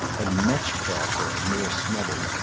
and much crosser and more snubbing,